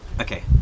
Okay